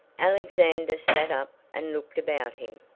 alexander sat up and looked about him.